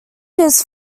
his